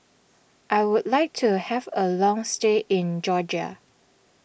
I would like to have a long stay in Georgia